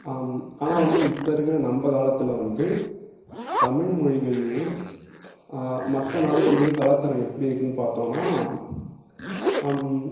ஆனால் வந்து இப்போ இருக்கிற நம்ம காலத்தில் வந்து தமிழ் மொழிகள்லையும் மற்ற நாடுகள்லையும் கலாச்சாரம் எப்படி இருக்குதுன்னு பார்த்தோன்னா